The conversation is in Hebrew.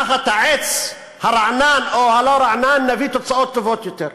תחת העץ הרענן או הלא-רענן נביא תוצאות טובות יותר.